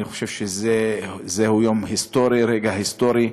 אני חושב שזהו יום היסטורי, רגע היסטורי,